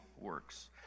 works